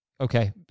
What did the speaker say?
Okay